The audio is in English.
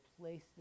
place